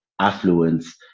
affluence